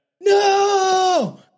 No